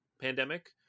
Pandemic